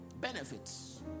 benefits